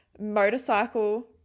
motorcycle